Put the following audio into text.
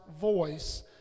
voice